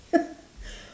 ya